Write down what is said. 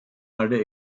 aller